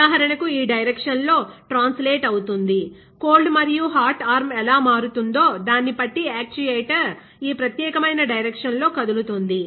ఉదాహరణకు ఈ డైరక్షన్ లో ట్రాన్సలేట్ అవుతుంది కోల్డ్ మరియు హాట్ ఆర్మ్ ఎలా మారుతుందో దాన్ని బట్టి యాక్చుయేటర్ ఈ ప్రత్యేక డైరక్షన్ లో కదులుతుంది